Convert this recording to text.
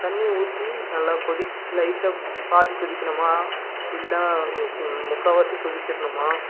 தண்ணியை ஊற்றி நல்லா கொதித்து லைட்டாக பாதி கொதிக்கணுமா இல்லை முக்கால்வாசி கொதிச்சுட்ணுமா